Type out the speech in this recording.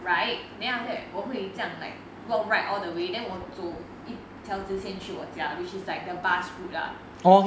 right then after that 我会这样 like walk right all the way then 我走一条直线去我家 which is like the bus route lah